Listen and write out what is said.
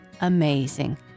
amazing